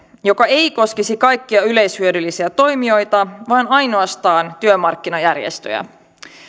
joka ei koskisi kaikkia yleishyödyllisiä toimijoita vaan ainoastaan työmarkkinajärjestöjä